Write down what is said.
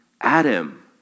Adam